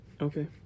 Okay